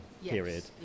period